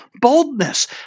boldness